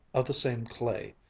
of the same clay.